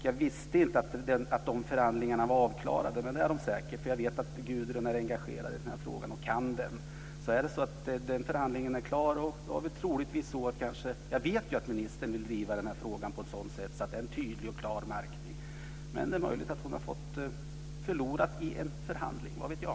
Jag visste inte att förhandlingarna var avklarade. Men det är de säkert, för jag vet att Gudrun Lindvall är engagerad i frågan och kan den. Jag vet att ministern driver frågan så att det ska vara en tydlig och klar märkning, men det är möjligt att hon har förlorat i en förhandling. Vad vet jag?